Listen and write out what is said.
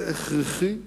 זה הכרחי לשלום.